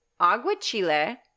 Aguachile